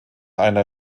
einer